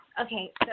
Okay